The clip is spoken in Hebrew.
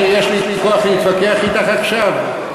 יש לי כוח להתווכח אתך עכשיו?